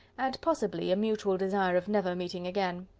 and possibly a mutual desire of never meeting again.